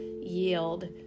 yield